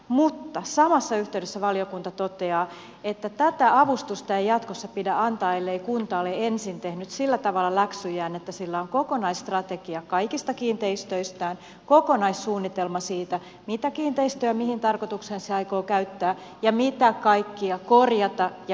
mutta samassa yhteydessä valiokunta toteaa että tätä avustusta ei jatkossa pidä antaa ellei kunta ole ensin tehnyt sillä tavalla läksyjään että sillä on kokonaisstrategia kaikista kiinteistöistään kokonaissuunnitelma siitä mitä kiinteistöjä ja mihin tarkoitukseen se aikoo käyttää ja mitä kaikkia korjata ja huoltaa